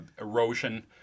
erosion